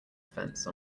fence